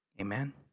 Amen